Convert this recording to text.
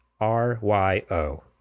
R-Y-O